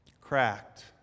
cracked